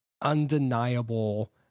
undeniable